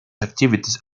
activities